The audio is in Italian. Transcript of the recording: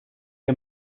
che